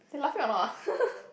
they laughing a lot ah